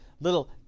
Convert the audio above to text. little